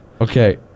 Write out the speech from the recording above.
Okay